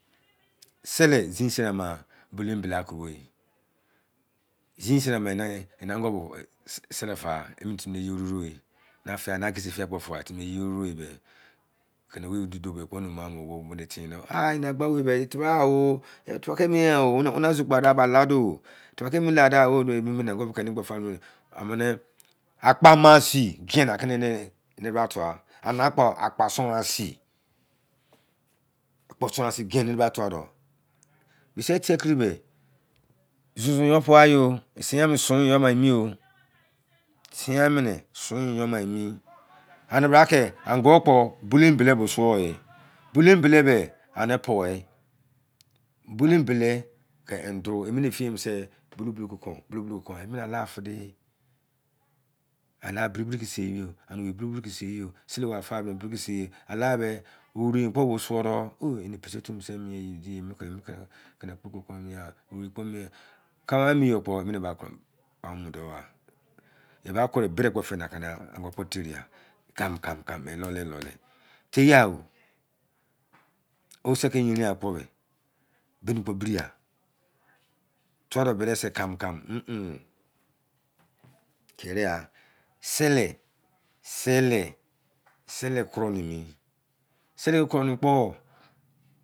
Sehe beme bala tcobo jeans ana e-ni ango boh sele fa emene timi ye roro fia fie fa fua timi ye ke-roro tcene wei dudu, onu yei wa tei nu, e-be fu bra oh sai zuzu ar-e ya k-de, febra enu lade, atepa masi ke eni bra fua, ale pa suru sii geei ke emi bra tca tho dou me-te tari me zuzu yor pua yo, dei ya mu sei yo emi o sun fo ma emi, emi bra ke an-go kpo bulu bele bo suo bulu bele beh enai powei bulu bele bulu ba tce fco, amene biri biri ke saimi oh, sele fa doh biri biri tca kei yo ala beh wuru boh suede eni posi ye tce emi ene tcah yor bu-emene ba mu da we eba fit hiamo ba fe feiya an-go teri, kaceam lo loi teiya bini lepi biri ya tuade ye sa kam tcam kereya, sele sele tcum mumu.